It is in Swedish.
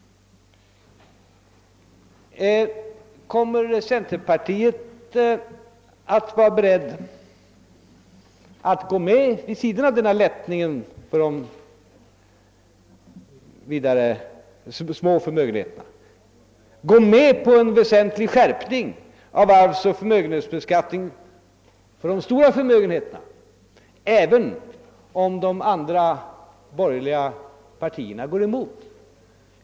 Men jag frågar: Kommer centerpartiet att vara berett att understödja denna lättnad för de små förmögenheterna och gå med på en väsentlig skärpning av arvsoch förmögenhetsbeskattningen för de stora förmögenheterna, även om de andra borgerliga partierna motsätter sig sådana förslag?